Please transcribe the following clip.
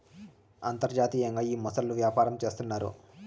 అంతర్జాతీయంగా ఈ మొసళ్ళ వ్యవసాయం చేస్తన్నారు